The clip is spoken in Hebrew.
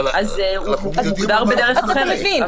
אז הוא מוגדר בדרך אחרת,